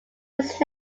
its